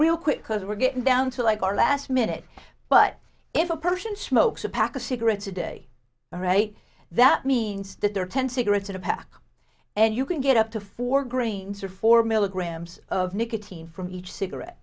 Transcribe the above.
real quick because we're getting down to like our last minute but if a person smokes a pack of cigarettes a day right that means that there are ten cigarettes in a pack and you can get up to four grains or four milligrams of nicotine from each cigarette